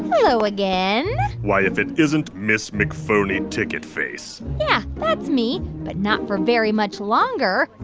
hello again why, if it isn't miss mcphony ticket face yeah, that's me, but not for very much longer.